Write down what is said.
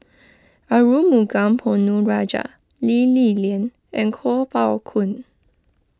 Arumugam Ponnu Rajah Lee Li Lian and Kuo Pao Kun